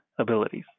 abilities